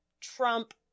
Trump